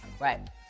Right